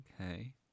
okay